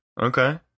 okay